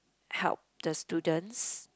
help the students